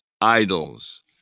idols